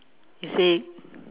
you see